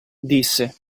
disse